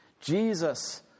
Jesus